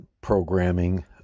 programming